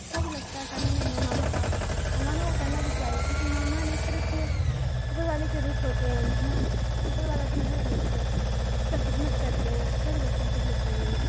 اچھا بھی لگتا ہے کرنے میں مہمانوں کا مہمانوں کا کرنا بھی چاہیے کیونکہ مہمان ایک طرح سے اوپر والے کے روپ ہوتے ہیں مہمان اوپر والا سمجھ میں بھیجتے ہیں اس کا خدمت کرتے ہیں اچھا بھی لگتا ہے خدمت کرنے میں